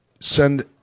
send